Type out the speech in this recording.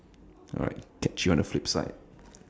alright catch you on the flip side